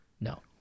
No